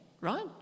right